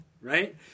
right